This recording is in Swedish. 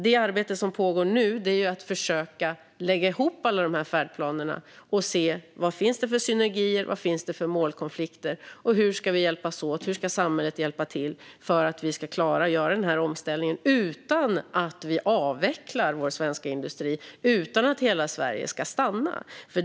Det arbete som pågår nu är att försöka lägga ihop alla färdplanerna och se vad det finns för synergier och målkonflikter och hur samhället ska hjälpa till för att vi ska klara att göra den här omställningen utan att avveckla vår svenska industri, utan att hela Sverige ska stanna.